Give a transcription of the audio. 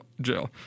jail